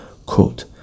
Quote